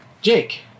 Jake